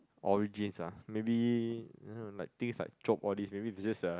origins ah maybe uh things like chope all this maybe they just a